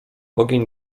ogień